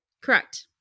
Correct